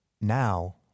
now